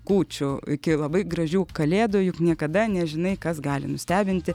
kūčių iki labai gražių kalėdų juk niekada nežinai kas gali nustebinti